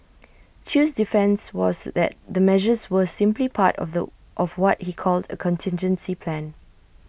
chew's defence was that the measures were simply part of the of what he called A contingency plan